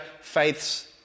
faiths